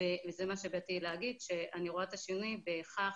וזה מה שעמדתי להגיד, שאני רואה את השינוי בכך